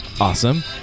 Awesome